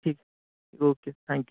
ठीक okay thank you